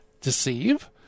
deceive